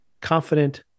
confident